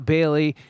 Bailey